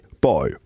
bye